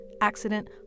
accident